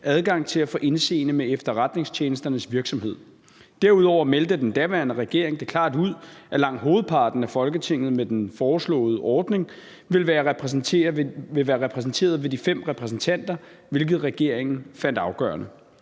adgang til at få indseende med efterretningstjenesternes virksomhed. Derudover meldte den daværende regering det klart ud, at langt hovedparten af Folketinget med den foreslåede ordning vil være repræsenteret ved de 5 repræsentanter, hvilket regeringen fandt afgørende.